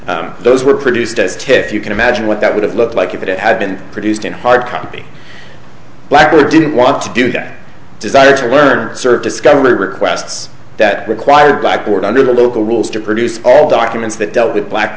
case those were produced as to if you can imagine what that would have looked like if it had been produced in hard copy lab or didn't want to do that desire to learn and serve discovery requests that require blackboard under the local rules to produce all documents that dealt with black